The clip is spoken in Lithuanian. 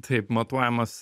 taip matuojamas